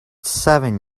seven